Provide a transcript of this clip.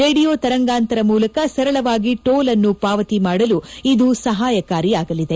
radio ತರಂಗಾಂತರ ಮೂಲಕ ಸರಳವಾಗಿ ಟೋಲ್ ಅನ್ನು ಪಾವತಿ ಮಾಡಲು ಇದು ಸಪಕಾರಿಯಾಗಲಿದೆ